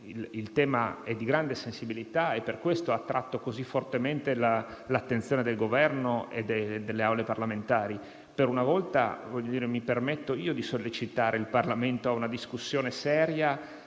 il tema è di grande sensibilità e per questo ha attratto così fortemente l'attenzione del Governo e delle Assemblee parlamentari. Per una volta, mi permetto io di sollecitare il Parlamento a una discussione seria